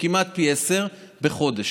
כמעט פי עשרה בחודש.